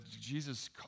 Jesus